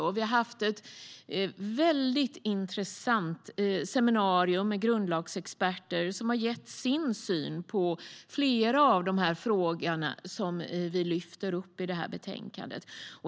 Vi har haft ett intressant seminarium med grundlagsexperter som har gett sin syn på flera av de frågor vi lyfter upp i betänkandet.